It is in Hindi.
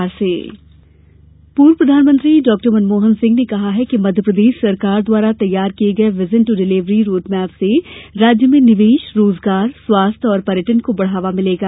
सीएम एकसाल पूर्व प्रधानमंत्री डॉ मनमोहन सिंह ने कहा है कि मध्यप्रदेश सरकार द्वारा तैयार किये गये विजन ट डिलेवरी रोडमैप से राज्य में निवेश रोजगार स्वास्थ्य और पर्यटन को बढावा मिलेगा